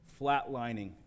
flatlining